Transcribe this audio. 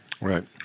Right